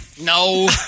No